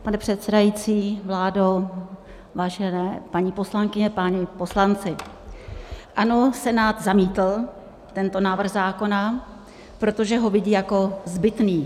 Pane předsedající, vládo, vážené paní poslankyně, páni poslanci, ano, Senát zamítl tento návrh zákona, protože ho vidí jako zbytný.